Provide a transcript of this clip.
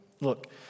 Look